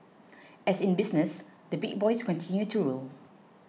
as in business the big boys continue to rule